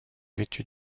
vêtu